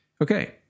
Okay